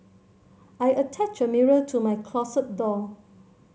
I attached a mirror to my closet door